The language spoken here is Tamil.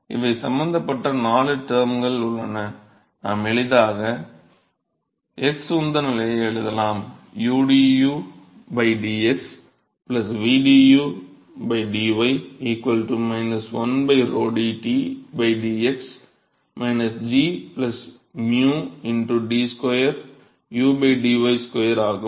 இவை சம்பந்தப்பட்ட 4 டெர்ம்கள் உள்ளன நாம் எளிதாக x உந்த சமநிலையை எழுதலாம் udu dx vdu dy 1 𝞺 dt dx g 𝞵 d 2 u dy 2 ஆகும்